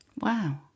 Wow